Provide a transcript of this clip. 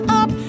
up